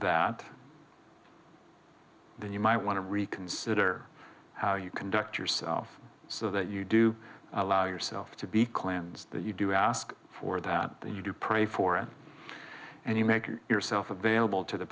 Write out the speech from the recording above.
that then you might want to reconsider how you conduct yourself so that you do allow yourself to be clans that you do ask for that you do pray for us and you make yourself available to the